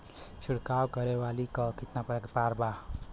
छिड़काव करे वाली क कितना प्रकार बा?